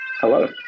Hello